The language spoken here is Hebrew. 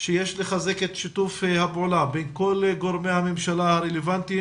שיש לחזק את שיתוף הפעולה בין כל גורמי הממשלה הרלוונטיים,